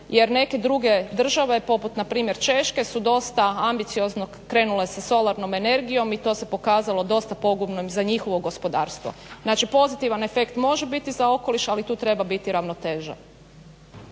jer neke druge države poput na primjer Češke su dosta ambiciozno krenule sa solarnom energijom i to se pokazalo dosta pogubnim za njihovo gospodarstvo. Znači, pozitivan efekt može biti za okoliš, ali tu treba biti ravnoteža.